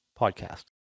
podcast